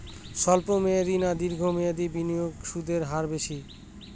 স্বল্প মেয়াদী না দীর্ঘ মেয়াদী বিনিয়োগে সুদের হার বেশী?